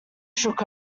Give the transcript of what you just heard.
shook